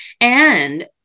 And-